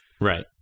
Right